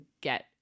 get